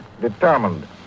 determined